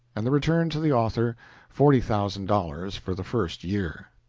and the return to the author forty thousand dollars for the first year.